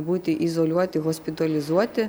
būti izoliuoti hospitalizuoti